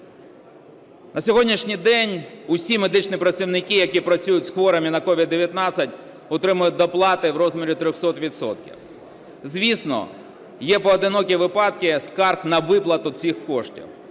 На сьогоднішній день усі медичні працівники, які працюють з хворими на COVID-19, отримують доплати в розмірі 300 відсотків. Звісно, є поодинокі випадки скарг на виплату цих коштів,